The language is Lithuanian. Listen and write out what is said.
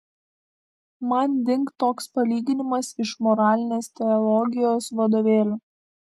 man dingt toks palyginimas iš moralinės teologijos vadovėlių